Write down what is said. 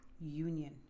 Union